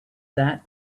that